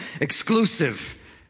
exclusive